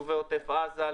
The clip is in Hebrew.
ליישובי עוטף עזה,